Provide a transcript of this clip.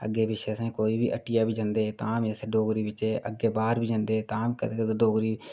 अग्गें पिच्छें असें ई कोई बी हट्टिया बी जंदे तां बी असें डोगरी बिचें बाहर बी जंदे तां बी कदेदें डोगरी